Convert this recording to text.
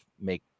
make